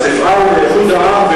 הסיבה היא איחוד העם,